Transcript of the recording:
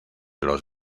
los